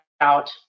out